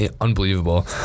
unbelievable